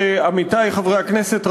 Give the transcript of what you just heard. עמיתי חברי הכנסת,